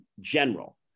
general